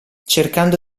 cercando